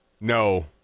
No